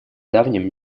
давним